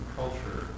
culture